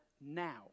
now